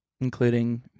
including